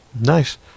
Nice